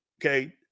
Okay